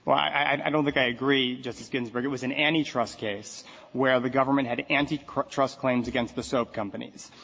i don't think i agree, justice ginsburg. it was an antitrust case where the government had antitrust claims against the soap companies.